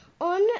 on